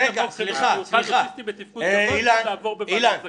צריך לעבור בוועדת זכאות.